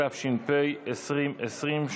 התש"ף 2020,